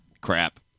crap